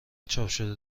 چاپشده